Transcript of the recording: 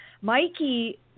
Mikey